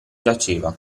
giaceva